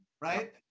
right